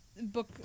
book